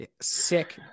sick